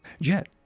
Jet